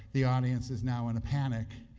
the audience is now in a panic,